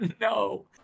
no